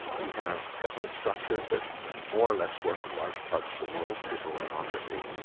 we have governance structures that you know more or less work in large parts of the world, liberal democracy.